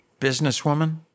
businesswoman